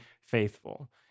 faithful